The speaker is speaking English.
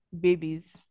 babies